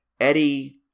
Eddie